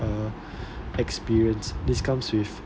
uh experience this comes with